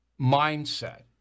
mindset